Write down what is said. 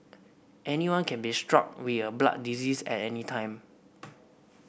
anyone can be struck with a blood disease at any time